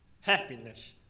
Happiness